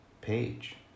page